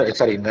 sorry